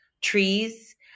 trees